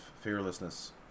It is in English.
fearlessness